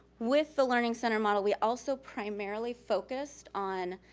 with the learning center model, we also primarily focus on